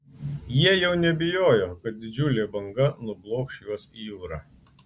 jie jau nebijojo kad didžiulė banga nublokš juos į jūrą